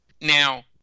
Now